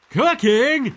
cooking